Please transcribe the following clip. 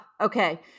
Okay